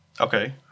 Okay